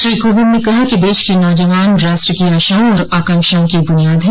श्री कोविंद ने कहा कि देश के नौजवान राष्ट्र की आशाओं और आकांक्षाओं की बुनियाद हैं